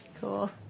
Cool